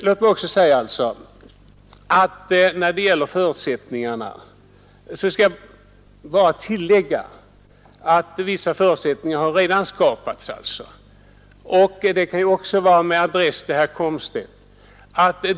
Låt mig bara tillägga med adress till herr Komstedt att vissa förutsättningar redan har skapats.